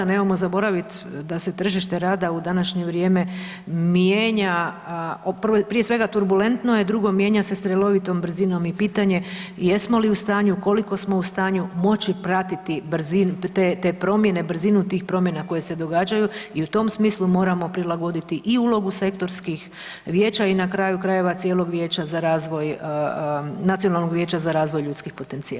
Nemojmo zaboraviti da se tržište rada u današnje vrijeme mijenja, prije svega, turbulentno je, drugo, mijenja se strelovitom brzinom i pitanje jesmo li u stanju, koliko smo u stanju moći pratiti brzinu te promjene, brzinu tih promjena koje se događaju i u tom smislu moramo prilagoditi i ulogu sektorskih vijeća, i na kraju krajeva, cijelog vijeća za razvoj, Nacionalnog vijeća za razvoj ljudskih potencijala.